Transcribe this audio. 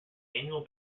annual